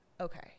okay